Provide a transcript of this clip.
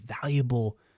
valuable